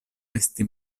esti